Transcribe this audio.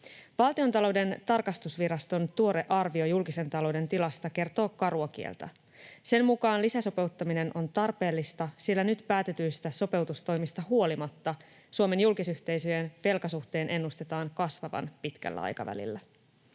Valtiontalouden tarkastusviraston tuore arvio julkisen talouden tilasta kertoo karua kieltä. Sen mukaan lisäsopeuttaminen on tarpeellista, sillä nyt päätetyistä sopeutustoimista huolimatta Suomen julkisyhteisöjen velkasuhteen ennustetaan kasvavan pitkällä aikavälillä.